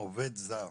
עובד זר